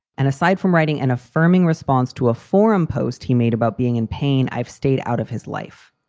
and aside from writing an affirming response to a forum post he made about being in pain, i've stayed out of his life.